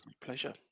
pleasure